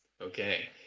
Okay